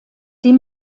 die